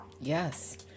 Yes